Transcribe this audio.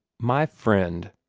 my friend,